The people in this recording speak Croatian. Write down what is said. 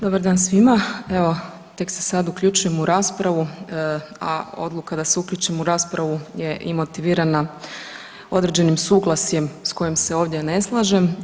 Dobar dan svima, evo tek se sad uključujem u raspravu, a odluka da se uključim u raspravu je i motivirana određenim suglasjem s kojim se ovdje ne slažem.